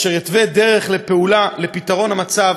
אשר יתווה דרך לפעולה לפתרון המצב,